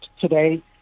today